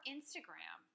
Instagram –